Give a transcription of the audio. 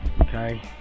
Okay